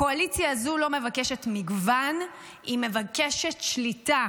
הקואליציה הזו לא מבקשת מגוון, היא מבקשת שליטה,